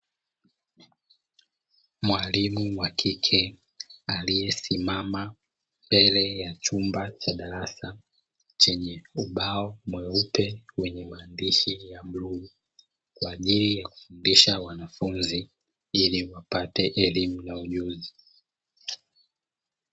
Mwalimu wa kike aliyesimama mbele ya chumba cha darasa, chenye ubao mweupe wenye maandishi ya bluu, kwa ajili ya kufindisha wanafunzi ili wapate elimu na ujuzi.